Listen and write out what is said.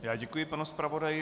Já děkuji panu zpravodaji.